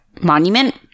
monument